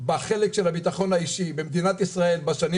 בחלק של הביטחון האישי במדינת ישראל בשנים